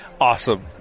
Awesome